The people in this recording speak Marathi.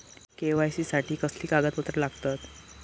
के.वाय.सी साठी कसली कागदपत्र लागतत?